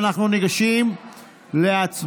אנחנו ניגשים להצבעה.